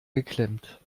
geklemmt